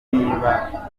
niba